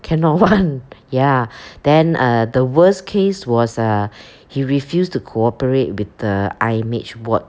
cannot [one] ya then err the worst case was uh he refused to cooperate with the I_M_H ward